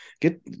Get